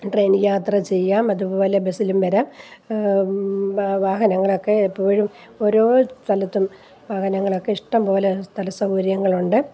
train യാത്ര ചെയ്യാം അതുപോലെ ബസിലും വരാം വാഹനങ്ങളൊക്കെ എപ്പോഴും ഒരോ സ്ഥലത്തും വാഹനങ്ങളൊക്കെ ഇഷ്ടംപോലെ സ്ഥല സൗകര്യങ്ങളുണ്ട്